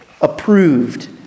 approved